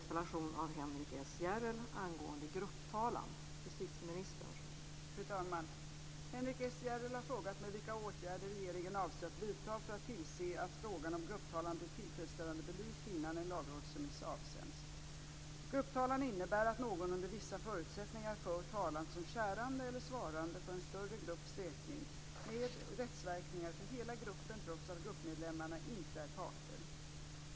Fru talman! Henrik S Järrel har frågat mig vilka åtgärder regeringen avser att vidta för att tillse att frågan om grupptalan blir tillfredsställande belyst innan en lagrådsremiss avsänds. Grupptalan innebär att någon under vissa förutsättningar för talan som kärande eller svarande för en större grupps räkning med rättsverkningar för hela gruppen trots att gruppmedlemmarna inte är parter.